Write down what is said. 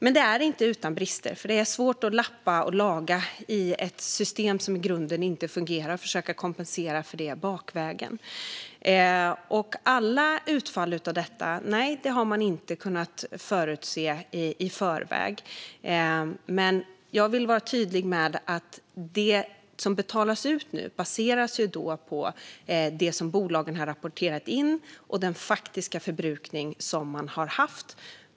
Dock är det inte utan brister, för det är svårt att lappa och laga i ett system som i grunden inte fungerar och försöka kompensera för det bakvägen. Nej, man har inte kunnat förutse alla utfall av detta. Jag vill dock vara tydlig med att det som betalas ut nu baseras på det som bolagen har rapporterat in och den faktiska förbrukning som man har haft.